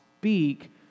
speak